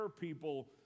people